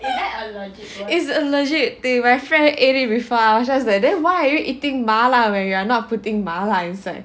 it's a legit thing my friend ate it before I was just like then why are you eating 麻辣 when you are not putting 麻辣 inside